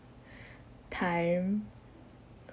time